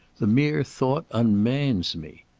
the mere thought unmans me.